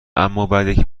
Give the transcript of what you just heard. امابعدیکی